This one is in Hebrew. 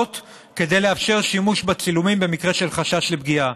כדי לאפשר שימוש בצילומים במקרה של חשש לפגיעה.